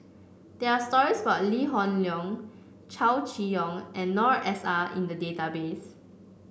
there are stories about Lee Hoon Leong Chow Chee Yong and Noor S I in the database